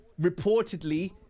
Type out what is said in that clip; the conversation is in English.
reportedly